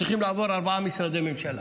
צריכים לעבור ארבעה משרדי ממשלה: